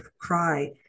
cry